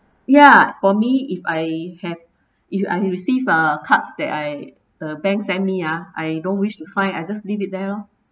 ya for me if I have if I receive uh cards that I the bank send me ah I don't wish to find I just leave it there lor